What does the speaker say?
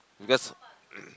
because